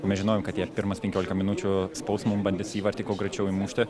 mes žinojom kad jie pirmas penkiolika minučių spaus mum bandys įvartį kuo greičiau įmušti